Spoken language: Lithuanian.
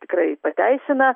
tikrai pateisina